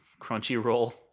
Crunchyroll